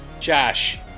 Josh